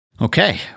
Okay